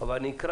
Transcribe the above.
אבל אני אקרא